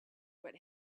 but